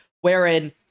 wherein